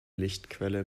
lichtquelle